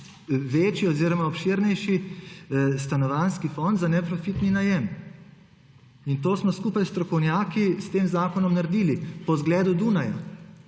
graditi, obširnejši stanovanjski fond za neprofitni najem. To smo skupaj s strokovnjaki s tem zakonom naredili po zgledu Dunaja.